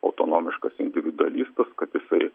autonomiškas individualistas kad jisai